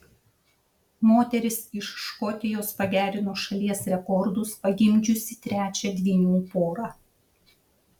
moteris iš škotijos pagerino šalies rekordus pagimdžiusi trečią dvynių porą